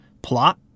plot